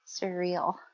surreal